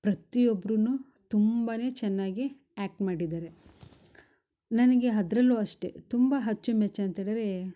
ಪ್ರತಿಯೊಬ್ಬರೂನು ತುಂಬಾನೆ ಚೆನ್ನಾಗಿ ಆ್ಯಕ್ಟ್ ಮಾಡಿದ್ದಾರೆ ನನಗೆ ಅದ್ರಲ್ಲು ಅಷ್ಟೆ ತುಂಬ ಅಚ್ಚುಮೆಚ್ಚು ಅಂತೇಳಿರೇ